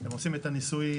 הם עושים את הניסויים,